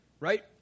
right